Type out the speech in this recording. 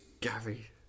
Gary